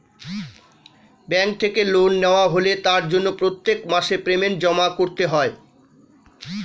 bank থেকে loan নেওয়া হলে তার জন্য প্রত্যেক মাসে পেমেন্ট জমা করতে হয়